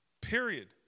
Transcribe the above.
Period